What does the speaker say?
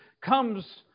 comes